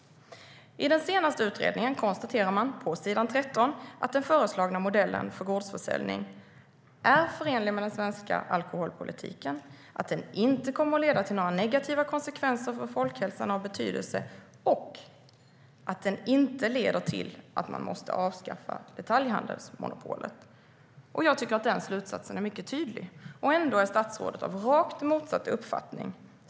I den senaste utredningen konstaterar man på s. 13 att den föreslagna modellen för gårdsförsäljninginte kommer att leda till några negativa konsekvenser för folkhälsan av betydelseJag tycker att den slutsatsen är mycket tydlig. Ändå är statsrådet av rakt motsatt uppfattning.